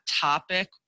topic